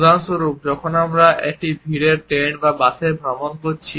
উদাহরণস্বরূপ যখন আমরা একটি ভিড় ট্রেন বা বাসে ভ্রমণ করছি